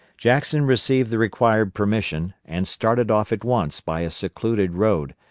jackson received the required permission, and started off at once by a secluded road,